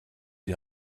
die